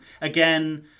Again